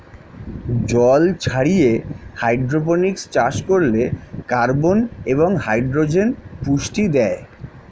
জল ছাড়িয়ে হাইড্রোপনিক্স চাষ করতে কার্বন এবং হাইড্রোজেন পুষ্টি দেয়